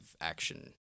action